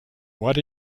what